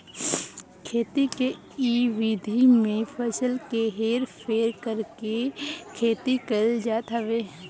खेती के इ विधि में फसल के हेर फेर करके खेती कईल जात हवे